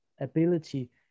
ability